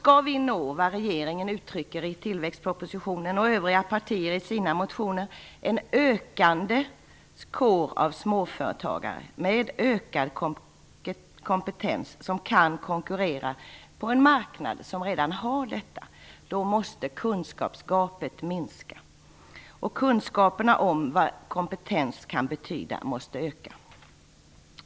Skall vi uppnå vad regeringen uttrycker i tillväxtpropositionen och övriga partier i sina motioner, nämligen en ökande kår av småföretagare med ökad kompetens som kan konkurrera på en marknad som redan har detta, då måste kunskapsgapet minska, och kunskaperna om vad kompetens kan betyda måste öka.